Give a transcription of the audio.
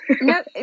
No